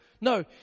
No